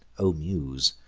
o muse!